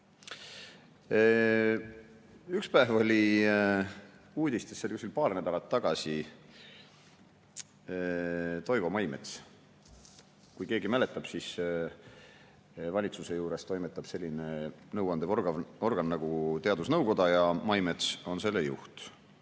päev oli uudistes – see oli paar nädalat tagasi – Toivo Maimets. Kui keegi mäletab, siis valitsuse juures toimetab selline nõuandev organ nagu teadusnõukoda ja Maimets on selle juht.